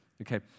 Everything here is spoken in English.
Okay